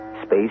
Space